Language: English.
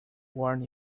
warn